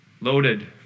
Loaded